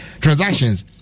transactions